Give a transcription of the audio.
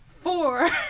Four